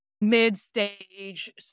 mid-stage